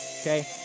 okay